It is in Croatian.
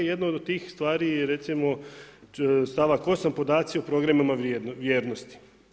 Jedno od tih stvari je recimo stavak 8. podaci o programima vrijednosti.